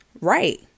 right